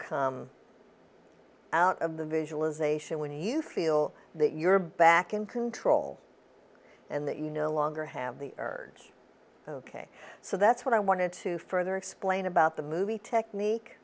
come out of the visualization when you feel that you're back in control and that you no longer have the urge ok so that's what i wanted to further explain about the movie technique